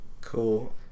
cool